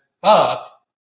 fuck